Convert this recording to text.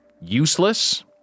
useless